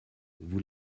vous